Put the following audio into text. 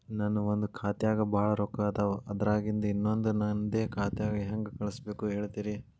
ನನ್ ಒಂದ್ ಖಾತ್ಯಾಗ್ ಭಾಳ್ ರೊಕ್ಕ ಅದಾವ, ಅದ್ರಾಗಿಂದ ಇನ್ನೊಂದ್ ನಂದೇ ಖಾತೆಗೆ ಹೆಂಗ್ ಕಳ್ಸ್ ಬೇಕು ಹೇಳ್ತೇರಿ?